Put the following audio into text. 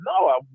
no